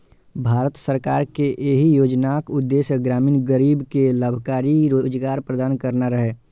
भारत सरकार के एहि योजनाक उद्देश्य ग्रामीण गरीब कें लाभकारी रोजगार प्रदान करना रहै